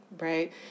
Right